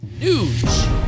news